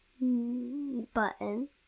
button